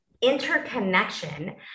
interconnection